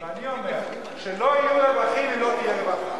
ואני אומר שלא יהיו רווחים אם לא תהיה רווחה.